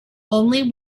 only